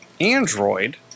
Android